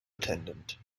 attendant